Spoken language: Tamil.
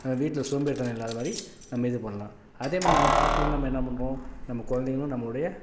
வீட்டில் சோம்பேறித்தனம் இல்லாத மாதிரி நம்ம இது பண்ணலாம் அதே மாரி நம்ம பார்க்ககுள்ள நம்ம என்ன பண்ணுறோம் நம்ம குழந்தைகளும் நம்மளுடைய